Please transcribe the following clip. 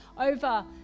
over